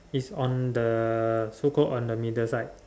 is on the so call on the middle side